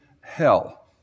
hell